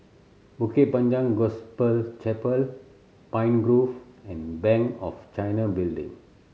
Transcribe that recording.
Bukit Panjang Gospel Chapel Pine Grove and Bank of China Building